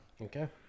Okay